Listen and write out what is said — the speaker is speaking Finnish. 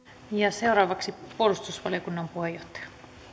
seuraavaksi puolustusvaliokunnan puheenjohtaja